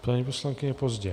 Paní poslankyně, pozdě .